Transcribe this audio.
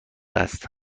است